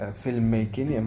filmmaking